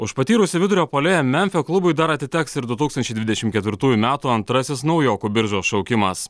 už patyrusį vidurio puolėją memfio klubui dar atiteks ir du tūkstančiai dvidešimt ketvirtųjų metų antrasis naujokų biržos šaukimas